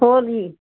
four G